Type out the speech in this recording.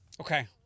Okay